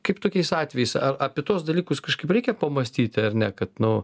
kaip tokiais atvejais ar apie tuos dalykus kažkaip reikia pamąstyti ar ne kad nu